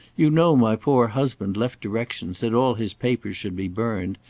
you know my poor husband left directions that all his papers should be burned,